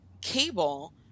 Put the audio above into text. cable